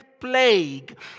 plague